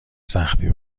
سختی